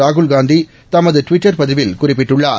ராகுல்காந்தி தமது டுவிட்டர் பதிவில் குறிப்பிட்டுள்ளார்